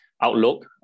outlook